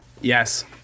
Yes